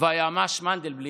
והיועמ"ש מנדלבליט,